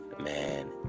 Man